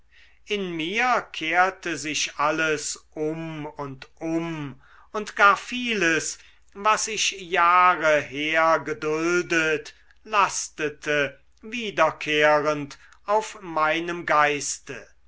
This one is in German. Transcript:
in mir kehrte sich alles um und um und gar vieles was ich jahre her geduldet lastete wiederkehrend auf meinem geiste